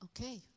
okay